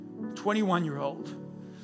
21-year-old